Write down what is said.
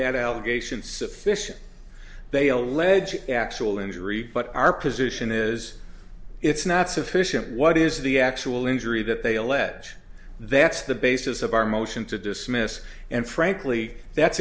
they had allegations sufficient they allege actual injury but our position is it's not sufficient what is the actual injury that they allege that's the basis of our motion to dismiss and frankly that's